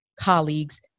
colleagues